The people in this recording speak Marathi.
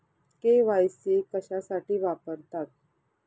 के.वाय.सी कशासाठी वापरतात?